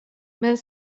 men